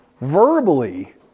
verbally